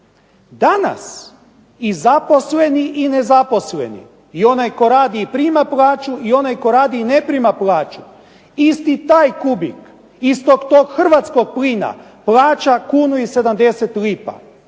Danas i zaposleni i nezaposleni i onaj tko radi i prima plaću i onaj tko radi i ne prima plaću isti taj kubik istog tog hrvatskog plina plaća kunu i 70 lipa